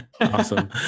Awesome